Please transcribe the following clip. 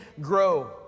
grow